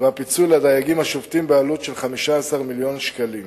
והפיצוי לדייגים השובתים בעלות של 15 מיליון שקלים.